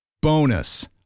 Bonus